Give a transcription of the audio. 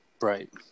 right